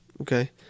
okay –